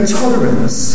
tolerance